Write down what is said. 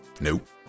Nope